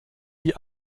wie